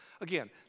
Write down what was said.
again